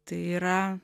tai yra